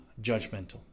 judgmental